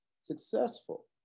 successful